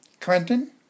Clinton